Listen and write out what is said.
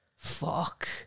Fuck